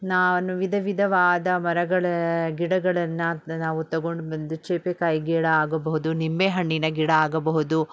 ನಾನು ವಿಧ ವಿಧವಾದ ಮರಗಳ ಗಿಡಗಳನ್ನು ನಾವು ತೊಗೊಂಡುಬಂದು ಚೇಪೆಕಾಯಿ ಗಿಡ ಆಗಬಹುದು ನಿಂಬೆ ಹಣ್ಣಿನ ಗಿಡ ಆಗಬಹುದು